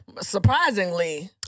surprisingly